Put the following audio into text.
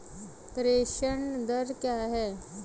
प्रेषण दर क्या है?